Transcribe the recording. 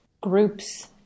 groups